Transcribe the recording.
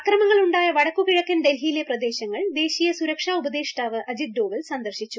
അക്രമങ്ങൾ ഉണ്ടായ വടക്കു കിഴക്കൻ ഡൽഹിയിലെ പ്രദേശങ്ങൾ ദേശീയ സുരക്ഷാ ഉപദേഷ്ടാവ് അജിത് ഡോവൽ സന്ദർശിച്ചു